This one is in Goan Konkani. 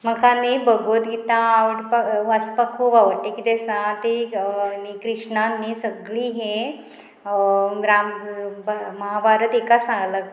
म्हाका न्ही भगवत गीता आवडपाक वाचपाक खूब आवडटा कितें आसा ती न्ही कृष्णान न्ही सगळीं हें राम महाभारत हाका सांगला